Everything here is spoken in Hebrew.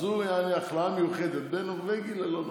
אז הוא יעני הכלאה מיוחדת בין נורבגי ללא נורבגי.